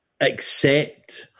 accept